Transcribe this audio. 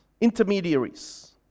intermediaries